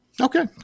Okay